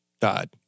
died